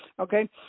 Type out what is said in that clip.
okay